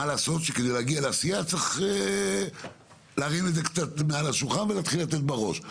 וכדי להגיע לעשייה צריך להרים את זה מעל השולחן ולהתחיל לתת בראש.